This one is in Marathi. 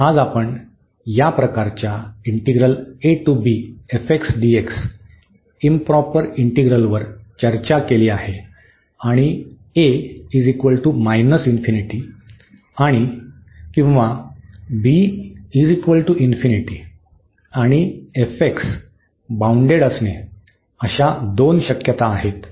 तर आज आपण या प्रकारच्या इंप्रॉपर इंटीग्रलवर चर्चा केली आहे आणि a ∞ आणि किंवा b ∞ आणि बाउंडेड असणे अशा दोन शक्यता आहेत